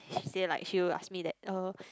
she say like she will ask me that uh